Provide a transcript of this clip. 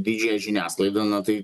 didžiąją žiniasklaidą na tai